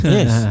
Yes